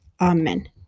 Amen